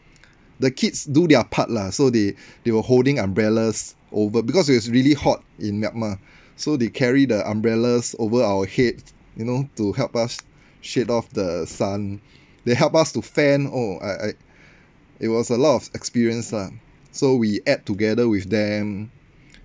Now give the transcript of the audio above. the kids do their part lah so they they were holding umbrellas over because it was really hot in Myanmar so they carry the umbrellas over our heads you know to help us shade off the sun they help us to fan oh I I it was a lot of experience lah so we ate together with them